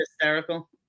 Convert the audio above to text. hysterical